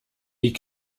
die